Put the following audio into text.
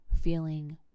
feeling